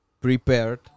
prepared